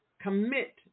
commit